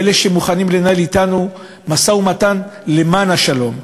עם אלה שמוכנים לנהל אתנו משא-ומתן למען השלום.